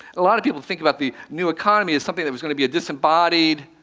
a lot of people think about the new economy as something that was going to be a disembodied,